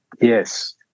Yes